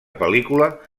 pel·lícula